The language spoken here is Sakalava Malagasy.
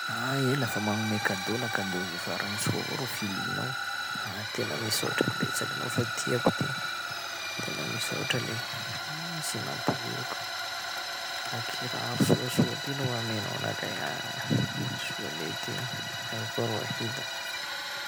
Aah iha lafa magnome cadeau la cadeau zay farany soa avao rô filianao, aah! tena misaotra betsaky anao fa tiako ty, tena misaotra ley, aah! sy nampoiziko, la kiraro soasoa ty no amenao anakay, aah, soa ley ty! Ahia koa rô ahita?